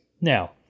Now